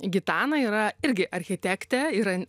gitana yra irgi architektė yra